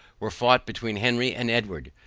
were fought between henry and edward.